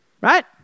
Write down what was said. Right